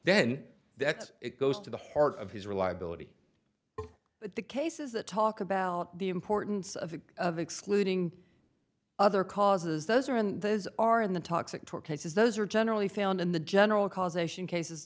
then that it goes to the heart of his reliability but the cases that talk about the importance of it of excluding other causes those are and those are in the toxic tort cases those are generally found in the general causation cases